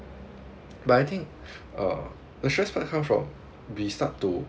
but I think uh the stress part come from we start to